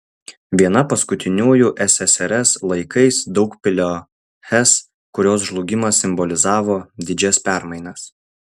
viena paskutiniųjų ssrs laikais daugpilio hes kurios žlugimas simbolizavo didžias permainas